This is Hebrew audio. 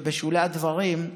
בשולי הדברים,